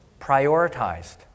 prioritized